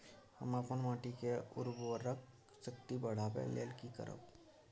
हम अपन माटी के उर्वरक शक्ति बढाबै लेल की करब?